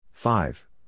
Five